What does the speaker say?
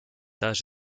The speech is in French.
âge